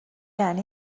یعنی